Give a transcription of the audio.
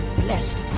blessed